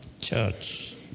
church